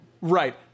Right